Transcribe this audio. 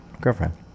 girlfriend